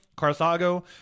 Carthago